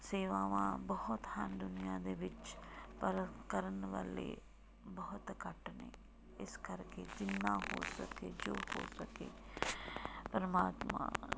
ਸੇਵਾਵਾਂ ਬਹੁਤ ਹਨ ਦੁਨੀਆਂ ਦੇ ਵਿੱਚ ਪਰ ਕਰਨ ਵਾਲੇ ਬਹੁਤ ਘੱਟ ਨੇ ਇਸ ਕਰਕੇ ਜਿੰਨਾ ਹੋ ਸਕੇ ਜੋ ਹੋ ਸਕੇ ਪਰਮਾਤਮਾ